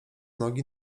nogi